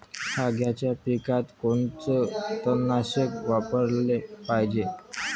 कांद्याच्या पिकात कोनचं तननाशक वापराले पायजे?